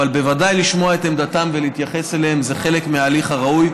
אבל בוודאי לשמוע את עמדתם ולהתייחס אליהם זה חלק מההליך הראוי,